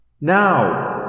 Now